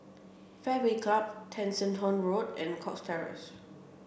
Fairway Club Tessensohn Road and Cox Terrace